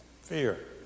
Fear